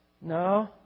No